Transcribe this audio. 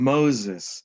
Moses